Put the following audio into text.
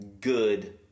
good